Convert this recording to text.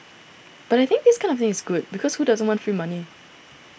but I think this kind of thing is good because who doesn't want free money